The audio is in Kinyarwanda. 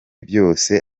byose